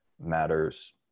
matters